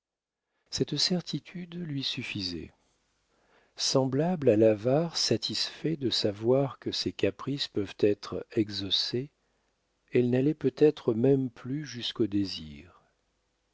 cette certitude lui suffisait semblable à l'avare satisfait de savoir que ses caprices peuvent être exaucés elle n'allait peut-être même plus jusqu'au désir